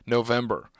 November